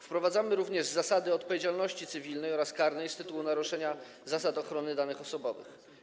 Wprowadzamy również zasady odpowiedzialności cywilnej oraz karnej z tytułu naruszenia zasad ochrony danych osobowych.